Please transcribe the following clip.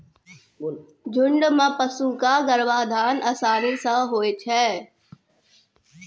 झुंड म पशु क गर्भाधान आसानी सें होय छै